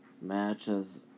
matches